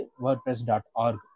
WordPress.org